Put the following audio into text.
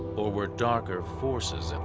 or were darker forces and